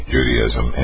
Judaism